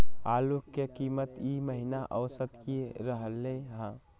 आलू के कीमत ई महिना औसत की रहलई ह?